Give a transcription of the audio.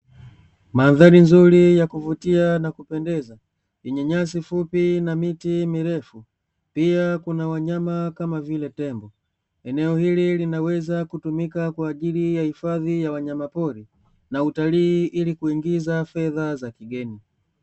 Mandhari nzuri yakuvutia na kupendeza yenye nyasi fupi na miti mirefu, pia kuna wanyama kama vile tembo, eneo linaweza kutumika kwa ajili ya uhifadhi wa wanyamapori na utalii ili kuingiza fedha za kigeni.